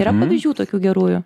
yra pavyzdžių tokių gerųjų